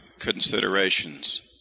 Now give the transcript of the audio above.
considerations